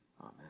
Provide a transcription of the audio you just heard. Amen